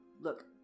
Look